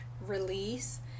release